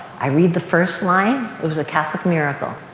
i read the first line. it was a catholic miracle.